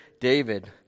David